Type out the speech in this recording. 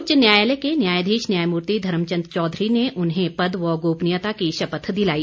उच्च न्यायालय के न्यायाधीश न्यायमूर्ति धर्मचन्द चौधरी ने उन्हें पद व गोपनीयता की शपथ दिलाई